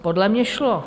Podle mě šlo.